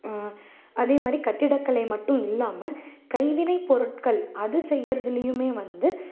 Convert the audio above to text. அதேமாதிரி கட்டிடக்கலை மட்டும் இல்லாமல் கைவினை பொருட்கள் அது செய்யுறதுலேயுமே வந்து